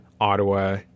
Ottawa